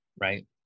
right